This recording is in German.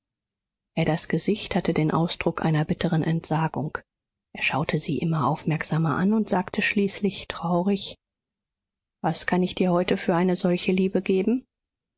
adas gesicht hatte den ausdruck einer bitteren entsagung er schaute sie immer aufmerksamer an und sagte schließlich traurig was kann ich dir heute für eine solche liebe geben